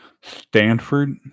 Stanford